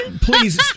please